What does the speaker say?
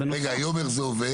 רגע, היום איך זה עובד?